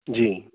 ਜੀ